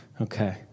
okay